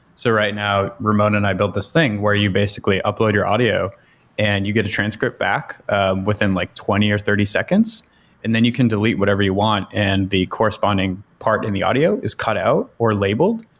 so right now, ramon and i built this thing where you basically upload your audio and you get a transcript back within like twenty or thirty seconds and then you can delete whatever you want and the corresponding part in the audio is cut out or labeled,